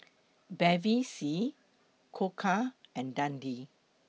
Bevy C Koka and Dundee